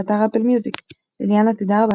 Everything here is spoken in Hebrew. באתר אפל מיוזיק אליאנה תדהר,